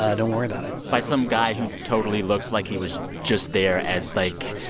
ah don't worry about it by some guy who totally looks like he was just there as like.